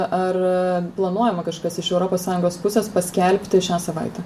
ar planuojama kažkas iš europos sąjungos pusės paskelbti šią savaitę